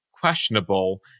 questionable